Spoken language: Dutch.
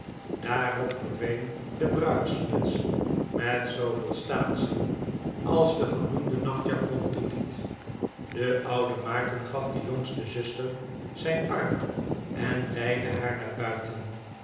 daarop verdween de bruidsmuts met zooveel staatsie als de gebloemde nachtjapon toeliet de oude maarten gaf de jongste zuster zijn arm en leidde haar naar buiten